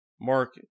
Mark